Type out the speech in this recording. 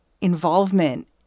involvement